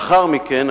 לאחר מכן,